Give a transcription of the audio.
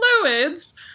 fluids